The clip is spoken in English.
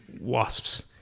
Wasps